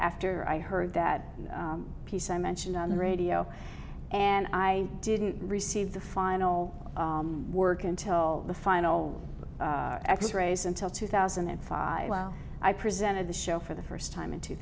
after i heard that piece i mentioned on the radio and i didn't receive the final work until the final x rays until two thousand and five while i presented the show for the first time in two